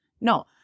No